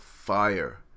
fire